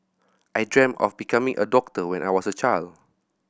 I dreamt of becoming a doctor when I was a child